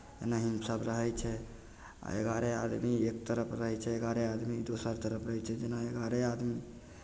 एना ही सभ रहै छै एगारहे आदमी एक तरफ रहै छै एगारहे आदमी दोसर तरफ रहै छै जेना एगारहे आदमी